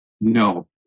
no